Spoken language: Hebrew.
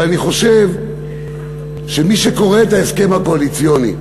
אבל אני חושב שמי שקורא את ההסכם הקואליציוני,